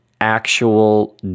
actual